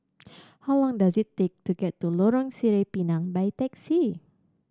how long does it take to get to Lorong Sireh Pinang by taxi